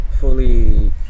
fully